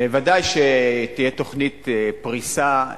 ודאי שתהיה תוכנית פריסה,